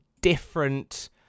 different